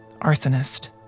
arsonist